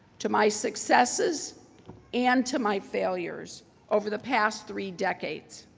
to my successes and to my failures over the past three decades.